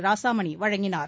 ராசாமணி வழங்கினார்